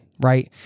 right